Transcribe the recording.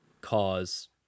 cause